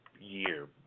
year